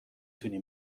تونی